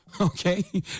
okay